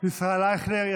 ישראל אייכלר.